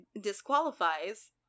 disqualifies